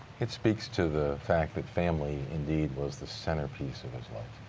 it speaks to the fact that family indeed was the centerpiece of his life.